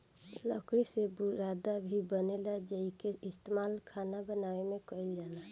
लकड़ी से बुरादा भी बनेला जेइके इस्तमाल खाना बनावे में कईल जाला